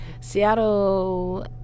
Seattle